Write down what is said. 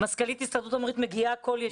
מזכ"לית הסתדרות המורים, מגיעה לכל ישיבה.